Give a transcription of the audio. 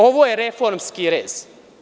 Ovo je reformski rez.